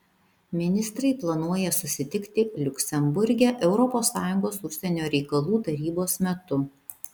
ministrai planuoja susitikti liuksemburge europos sąjungos užsienio reikalų tarybos metu